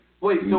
Wait